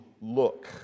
look